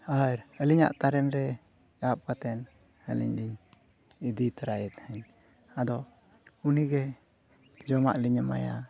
ᱟᱨ ᱟᱹᱞᱤᱧᱟᱜ ᱛᱟᱨᱮᱱ ᱨᱮ ᱟᱵ ᱠᱟᱛᱮᱫ ᱟᱹᱞᱤᱧ ᱞᱤᱧ ᱤᱫᱤ ᱛᱟᱨᱟᱭᱮ ᱛᱟᱦᱮᱱ ᱟᱫᱚ ᱩᱱᱤᱜᱮ ᱡᱚᱢᱟᱜ ᱞᱤᱧ ᱮᱢᱟᱭᱟ